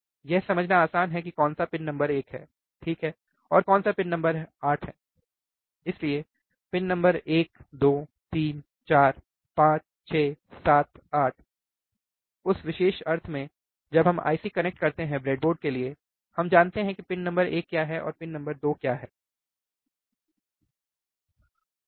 यह समझना आसान है कि कौन सा पिन नंबर एक है ठीक है और कौन सा पिन नंबर है 8 इसलिए पिन नंबर 1 2 3 4 5 6 7 8 इसलिए उस विशेष अर्थ में जब हम आईसी कनेक्ट करते हैं ब्रेडबोर्ड के लिए हम जानते हैं कि पिन नंबर एक क्या है और पिन नंबर 2 क्या है ठीक है